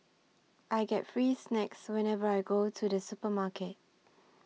I get free snacks whenever I go to the supermarket